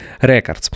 Records